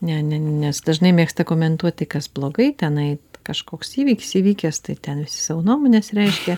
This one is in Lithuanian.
ne ne nes dažnai mėgsta komentuoti kas blogai tenai kažkoks įvykis įvykęs tai ten visi savo nuomones reiškia